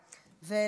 לכן,